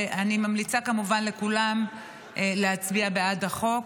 ואני ממליצה כמובן לכולם להצביע בעד החוק.